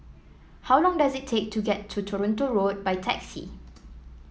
how long does it take to get to Toronto Road by taxi